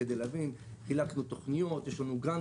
כדי להבין, חילקנו תוכניות ויש לנו גאנט